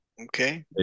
Okay